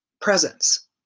presence